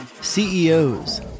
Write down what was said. CEOs